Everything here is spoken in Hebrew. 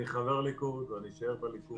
אני חבר ליכוד ואני אשאר בליכוד.